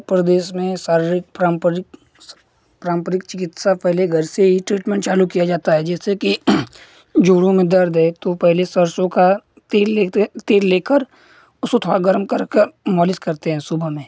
उत्तर प्रदेश में शारीरिक पारम्परिक पारम्परिक चिकित्सा पहले घर से ही ट्रीटमेन्ट चालू किया जाता है जैसे कि जोड़ों में दर्द है तो पहले सरसों का तेल लेते तेल लेकर उसको थोड़ा गरम कर कर मालिश करते हैं सुबह में